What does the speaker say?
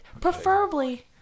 preferably